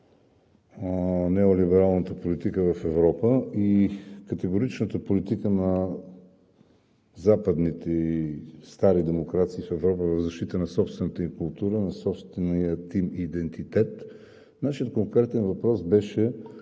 неолибералната политика в Европа и категоричната политика на западните и стари демокрации в Европа за защита на собствената им култура, на собствения им идентитет, нашият конкретен въпрос беше: